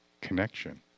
connection